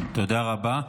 תודה רבה.